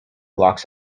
locks